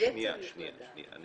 אני